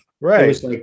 right